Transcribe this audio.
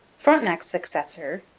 frontenac's successor,